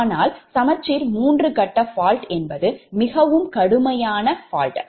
ஆனால் சமச்சீர் மூன்று கட்ட fault என்பது மிகவும் கடுமையான fault